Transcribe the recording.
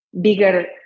bigger